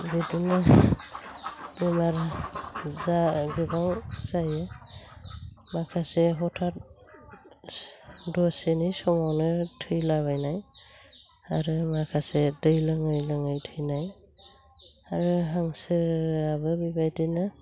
बिदिनो बेमार गोबां जायो माखासे हथाथ दसेनि समावनो थैलाबायनाय आरो माखासे दै लोङै लोङै थैनाय आरो हांसोआबो बेबायदिनो